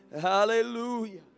Hallelujah